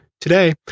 Today